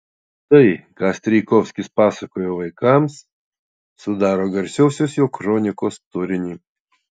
tai ką strijkovskis pasakojo vaikams sudaro garsiosios jo kronikos turinį